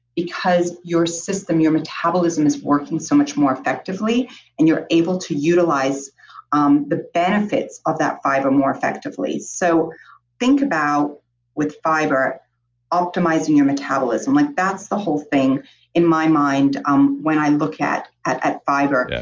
because your system, your metabolism is working so much more effectively and you're able to utilize um the benefits of that fiber more effectively so think about with fiber optimizing your metabolism like that's the whole thing in my mind um when i look at at fiber. yeah